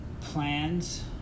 plans